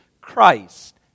Christ